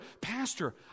Pastor